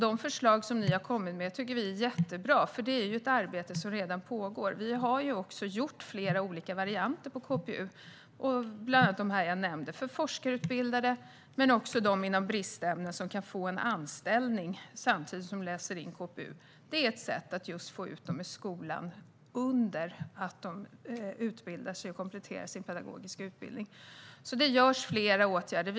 De förslag ni har kommit med tycker vi alltså är jättebra, för det är ett arbete som redan pågår. Vi har också gjort flera olika varianter på KPU, bland annat dem jag nämnde - för forskarutbildade och för dem inom bristämnen, som kan få en anställning samtidigt som de läser in KPU:n. Det är ett sätt att få ut dem i skolan under tiden de utbildar sig och kompletterar sin pedagogiska utbildning. Det vidtas alltså flera åtgärder.